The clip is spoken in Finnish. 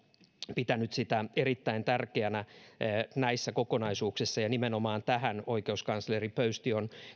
pitänyt sitä erittäin tärkeänä näissä kokonaisuuksissa ja nimenomaan tähän oikeuskansleri pöysti on